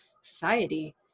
society